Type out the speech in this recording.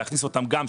להכניס אותם גם,